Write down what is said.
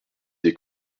des